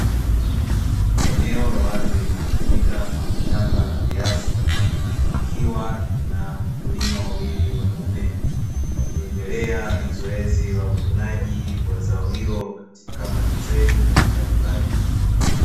Eneo la wazi linalotumika kama shamba la viazi, likiwa na wakulima wawili wanaume, wakiendelea na zoezi la uvunaji wa zao hilo katika matrei mbalimbali.